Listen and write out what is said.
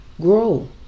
grow